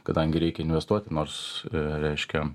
kadangi reikia investuoti nors reiškia